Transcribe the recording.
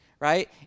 Right